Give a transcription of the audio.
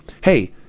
Hey